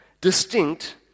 distinct